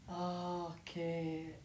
Okay